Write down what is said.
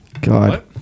God